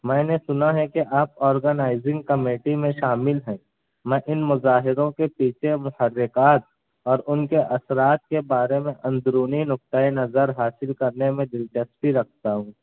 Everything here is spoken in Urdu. میں نے سنا ہے کہ آپ آرگنائزنگ کمیٹی میں شامل ہیں میں ان مظاہروں کے پیچھے محرکات اور ان کے اثرات کے بارے میں اندرونی نقطۂ نظر حاصل کرنے میں دلچسپی رکھتا ہوں